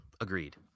Agreed